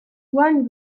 one